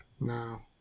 No